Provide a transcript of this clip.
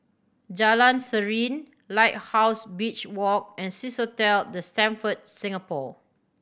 Jalan Serene Lighthouse Beach Walk and Swissotel The Stamford Singapore